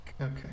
Okay